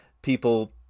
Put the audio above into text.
People